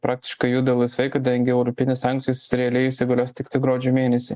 praktiškai juda laisvai kadangi europinės sankcijos reliai įsigalios tiktai gruodžio mėnesį